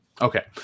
Okay